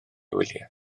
wyliau